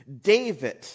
David